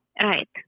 Right